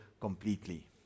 completely